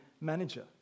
manager